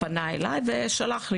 פנה אליי אזרח וכתב